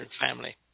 family